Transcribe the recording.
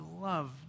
love